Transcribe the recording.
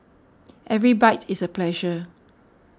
every bite is a pleasure